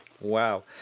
Wow